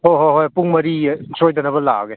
ꯍꯣꯏ ꯍꯣꯏ ꯍꯣꯏ ꯄꯨꯡ ꯃꯔꯤ ꯁꯣꯏꯗꯅꯕ ꯂꯥꯛꯑꯒꯦ